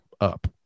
up